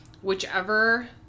whichever